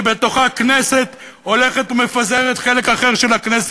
שבה הכנסת הולכת ומפזרת חלק אחר של הכנסת,